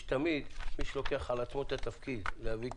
יש מי שלוקח על עצמו את התפקיד להביא את